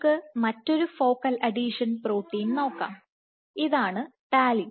നമുക്ക് മറ്റൊരു focal adhesion protein നോക്കാം ഇതാണ്ടാലിൻ